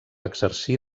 exercir